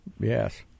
Yes